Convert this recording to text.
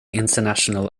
international